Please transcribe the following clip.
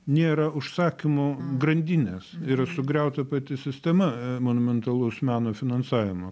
nėra užsakymų grandinės yra sugriauta pati sistema monumentalaus meno finansavimo